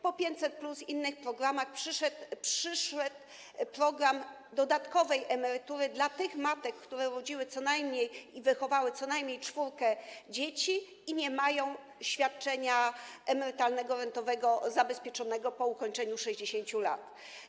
Po 500+ i innych programach przyszedł czas na program dodatkowej emerytury dla tych matek, które urodziły i wychowały co najmniej czwórkę dzieci i nie mają świadczenia emerytalnego, rentowego zabezpieczonego po ukończeniu 60 lat.